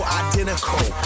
identical